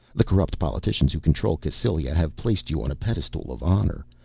the corrupt politicians who control cassylia have placed you on a pedestal of honor.